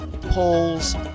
polls